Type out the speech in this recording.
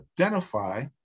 identify